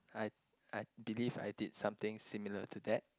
I I believe I did something similar to that